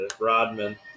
Rodman